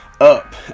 up